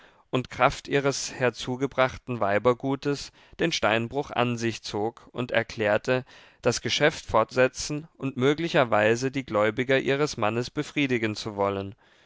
und kraft ihres herzugebrachten weibergutes den steinbruch an sich zog und erklärte das geschäft fortsetzen und möglicherweise die gläubiger ihres mannes befriedigen zu wollen